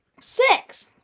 Six